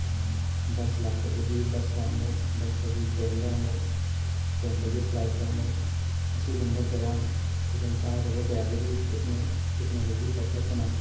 bus ꯂꯥꯛꯄꯗꯒꯤ ꯕꯁꯇ ꯑꯃꯨꯛ ꯕꯁꯇꯒꯤ ꯇ꯭ꯔꯦꯟꯗ ꯑꯃꯨꯛ ꯇ꯭ꯔꯦꯟꯗꯒꯤ ꯐ꯭ꯂꯥꯏꯠꯇ ꯑꯃꯨꯛ ꯑꯁꯤꯒꯨꯝꯕ ꯀꯌꯥ ꯈꯨꯗꯣꯡ ꯆꯥꯗꯕ ꯀꯌꯥꯗꯒꯤ ꯇꯦꯛꯅꯣꯂꯣꯖꯤ ꯆꯥꯎꯈꯠꯂꯛꯄꯅ